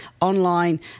online